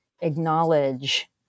acknowledge